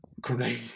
Grenade